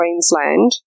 Queensland